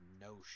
no